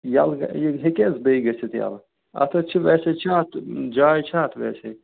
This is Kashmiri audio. ییٚلہٕ یہِ ہیٚکہِ حظ بیٚیہِ گٔژِتھ یلہٕ اتھ حظ چھِ ویسے چھِ اتھ جاے چھِ اتھ ویسے